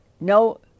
no